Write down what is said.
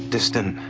distant